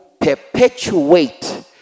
perpetuate